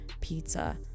pizza